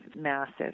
massive